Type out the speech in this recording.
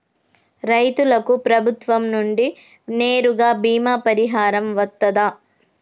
రైతులకు ప్రభుత్వం నుండి నేరుగా బీమా పరిహారం వత్తదా?